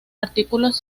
artículos